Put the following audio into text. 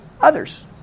others